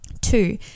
Two